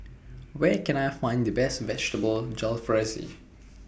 Where Can I Find The Best Vegetable Jalfrezi